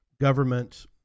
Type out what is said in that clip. government